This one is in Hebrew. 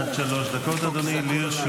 עד שלוש דקות לרשותך,